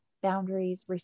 boundaries